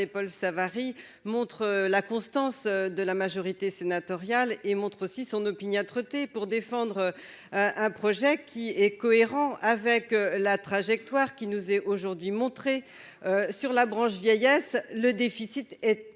René-Paul Savary montre la constance de la majorité sénatoriale et montre aussi son opiniâtreté pour défendre un projet qui est cohérent avec la trajectoire qui nous est aujourd'hui montré sur la branche vieillesse, le déficit est